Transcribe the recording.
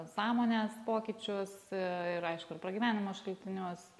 sąmonės pokyčius ir aišku ir pragyvenimo šaltinius